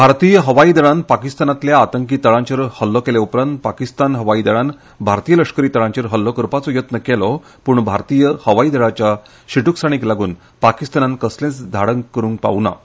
भारतीय हवाई दळान पाकीस्तानातल्या आतंकी तळांचेर हल्लो केले उपरांत पाकीस्तान हावाई दळान भारतीय लश्करी तळांचेर हल्लो करपाचो येत्न केला प्ण भारतीय हवाई दळाच्या शुट्कसाणीक लागुन पाकीस्तानान कसलेच धाडस करुंक ना